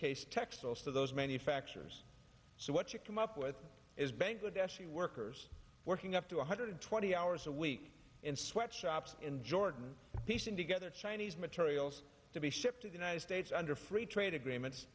case textiles for those manufacturers so what you come up with is bangladeshi workers working up to one hundred twenty hours a week in sweatshops in jordan piecing together chinese materials to be shipped to the united states under free trade agreements